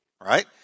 Right